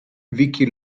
wiki